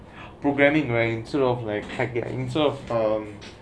programming right sort of like hacker